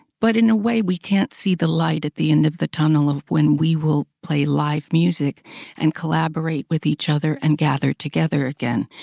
but in a way, we can't see the light at the end of the tunnel, of when we will play live music and collaborate with each other and gather together again.